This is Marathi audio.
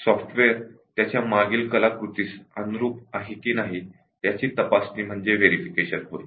सॉफ्टवेअर त्याच्या मागील कलाकृतीस अनुरूप आहे की नाही याची तपासणी म्हणजे व्हेरिफिकेशन होय